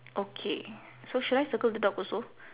okay so should I circle the dog also